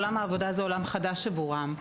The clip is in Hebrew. עולם העבודה זה עולם חדש עבורם.